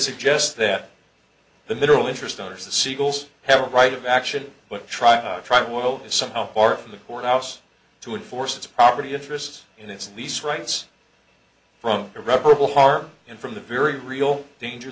suggest that the middle interest honors the siegel's have a right of action but try try to will somehow far from the court house to enforce its property interest in its lease rights from irreparable harm and from the very real danger